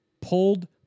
pulled